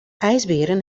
ijsberen